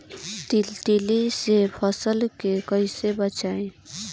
तितली से फसल के कइसे बचाई?